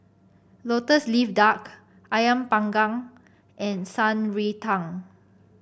lotus leaf duck ayam Panggang and Shan Rui Tang